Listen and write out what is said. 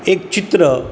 एक चित्र